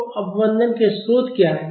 तो अवमंदन के स्रोत क्या हैं